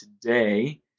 today